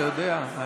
אתה יודע,